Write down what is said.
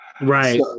Right